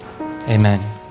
Amen